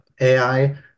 AI